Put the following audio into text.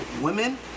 women